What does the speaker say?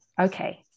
okay